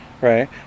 right